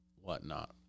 whatnot